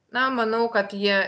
na manau kad jie